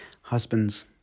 Husbands